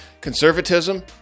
Conservatism